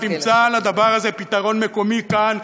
תמצא לדבר הזה פתרון מקומי כאן,